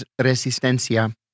Resistencia